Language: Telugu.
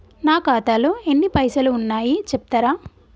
నా ఖాతాలో ఎన్ని పైసలు ఉన్నాయి చెప్తరా?